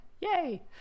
Yay